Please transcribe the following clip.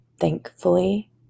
thankfully